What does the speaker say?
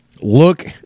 look